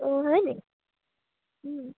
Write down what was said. অঁ হয়নি